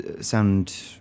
sound